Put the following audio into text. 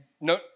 no